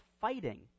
Fighting